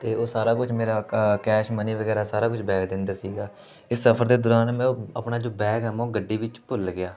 ਅਤੇ ਉਹ ਸਾਰਾ ਕੁਝ ਮੇਰਾ ਕ ਕੈਸ਼ ਮਨੀ ਵਗੈਰਾ ਸਾਰਾ ਕੁਛ ਬੈਗ ਦੇ ਅੰਦਰ ਸੀਗਾ ਅਤੇ ਸਫ਼ਰ ਦੇ ਦੌਰਾਨ ਮੈਂ ਉਹ ਆਪਣਾ ਜੋ ਬੈਗ ਹੈ ਮੈਂ ਉਹ ਗੱਡੀ ਵਿੱਚ ਭੁੱਲ ਗਿਆ